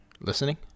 Listening